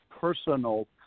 personal